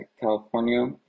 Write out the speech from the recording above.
California